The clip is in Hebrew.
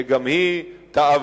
שגם היא תעבור,